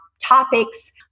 topics